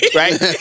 right